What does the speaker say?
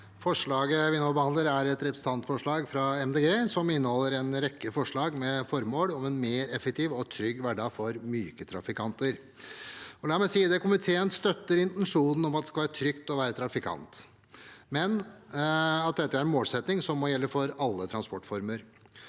Forslaget vi nå behandler, er et representantforslag fra Miljøpartiet De Grønne som inneholder en rekke forslag med formål om en mer effektiv og trygg hverdag for myke trafikanter. La meg si at komiteen støtter intensjonen om at det skal være trygt å være trafikant, men dette er en målsetting som må gjelde for alle transportformer.